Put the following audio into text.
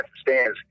stands